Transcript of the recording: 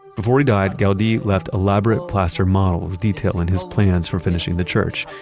before he died, gaudi left elaborate plaster models detailing his plans for finishing the church.